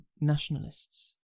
nationalists